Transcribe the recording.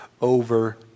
over